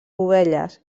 ovelles